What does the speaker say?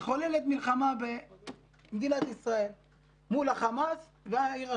מתחוללת מלחמה במדינת ישראל מול החמאס והעיר אשקלון.